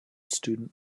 student